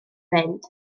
fynd